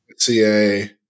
CA